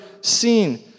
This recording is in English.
seen